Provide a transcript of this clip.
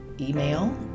Email